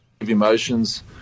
Emotions